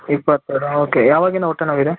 ಇಪ್ಪತ್ತ್ಮೂರಾ okay ಯಾವಾಗಿಂದ ಹೊಟ್ಟೆ ನೋವಿದೆ